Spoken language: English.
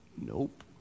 Nope